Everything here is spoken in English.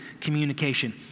communication